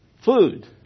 Food